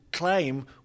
Claim